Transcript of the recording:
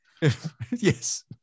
Yes